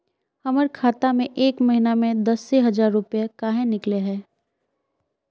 हमर खाता में एक महीना में दसे हजार रुपया काहे निकले है?